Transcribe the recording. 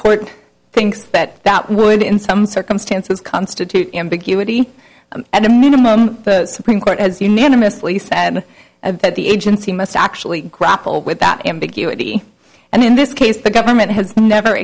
court thinks that that would in some circumstances constitute ambiguity at a minimum the supreme court has unanimously said that the agency must actually grapple with that ambiguity and in this case the government has never